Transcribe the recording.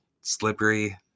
slippery